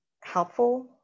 helpful